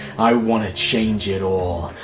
i want to change it all.